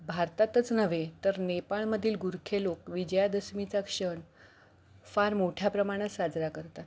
भारतातच नव्हे तर नेपाळमधील गुरखे लोक विजयादशमीचा क्षण फार मोठ्या प्रमाणात साजरा करतात